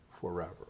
forever